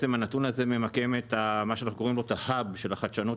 הנתון הזה ממקם את ההאב של החדשנות